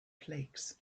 flakes